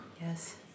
Yes